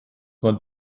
man